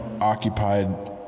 occupied